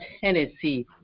Tennessee